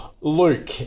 Luke